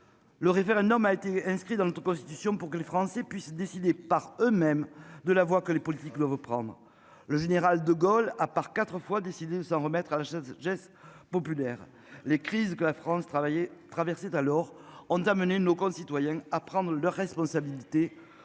Le référendum a été inscrit dans notre Constitution pour que les Français puissent décider par eux-mêmes de la voix, que les politiques doivent reprendre le général de Gaulle à part 4 fois décidé s'en remettre à Jess populaire les crises que la France travailler traversé d'alors ont amené nos concitoyens à prendre leurs responsabilités